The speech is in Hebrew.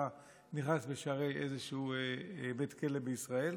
נכנס בשערי איזשהו בית כלא בישראל.